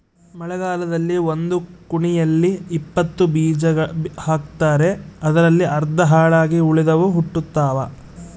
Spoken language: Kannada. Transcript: ಮಳೆಗಾಲದಲ್ಲಿ ಒಂದು ಕುಣಿಯಲ್ಲಿ ಇಪ್ಪತ್ತು ಬೀಜ ಹಾಕ್ತಾರೆ ಅದರಲ್ಲಿ ಅರ್ಧ ಹಾಳಾಗಿ ಉಳಿದವು ಹುಟ್ಟುತಾವ